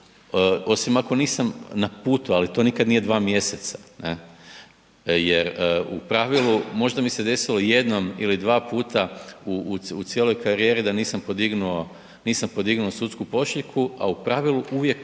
osim ako nisam na putu, ali to nikad nije dva mjeseca ne, jer u pravilu možda mi se desilo jednom ili dva puta u cijeloj karijeri da nisam podignuo, nisam podignuo sudsku pošiljku, a u pravilu uvijek